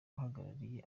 uhagarariye